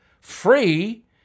free